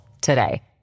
today